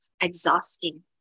exhausting